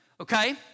okay